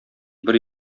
бер